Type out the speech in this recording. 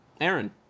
Aaron